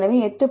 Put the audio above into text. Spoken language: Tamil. எனவே 8